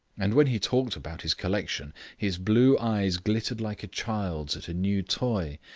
and when he talked about his collection, his blue eyes glittered like a child's at a new toy,